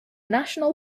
national